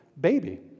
baby